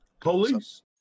police